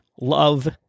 love